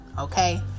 okay